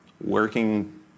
Working